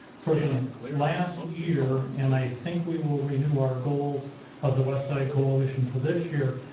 for the last year, and i think we will renew our goals of the west side coalition for this year,